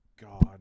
god